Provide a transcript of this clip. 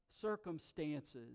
circumstances